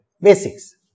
Basics